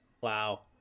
Wow